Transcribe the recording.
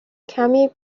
کمی